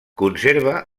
conserva